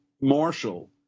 Marshall